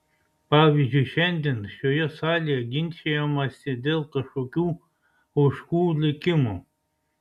pavyzdžiui šiandien šioje salėje ginčijamasi dėl kažkokių ožkų likimo